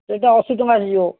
ସେଇଟା ଅଶୀ ଟଙ୍କା ଆସିଯିବ